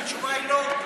התשובה היא לא.